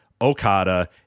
okada